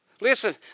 Listen